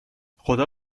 خدا